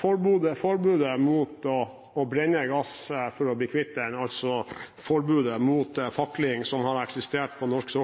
forbudet mot å brenne gass for å bli kvitt den, altså forbudet mot fakling, som har eksistert på norsk